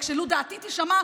רק שלו דעתי תישמע,